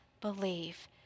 believe